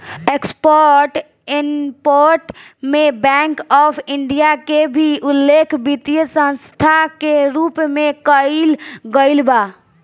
export import में bank of India के भी उल्लेख वित्तीय संस्था के रूप में कईल गईल बा